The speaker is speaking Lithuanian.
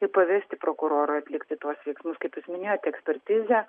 ir pavesti prokurorui atlikti tuos veiksmus kaip jūs minėjot ekspertizę